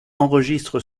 enregistre